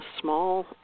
small